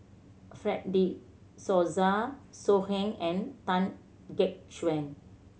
Fred De Souza So Heng and Tan Gek Suan